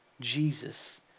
Jesus